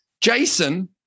Jason